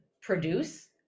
produce